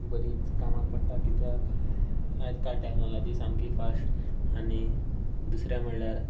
बरीच कामाक पडटा कित्याक आयज काल टॅक्नोलॉजी सामकी फास्ट आनी दुसरें म्हणल्यार